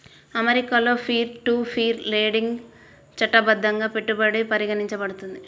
అమెరికాలో peer to peer lending చట్టబద్ధంగా పెట్టుబడిగా పరిగణించబడుతుంది